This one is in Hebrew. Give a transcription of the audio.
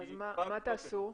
אז מה תעשו?